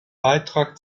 beitrag